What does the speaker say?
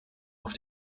auf